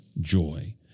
joy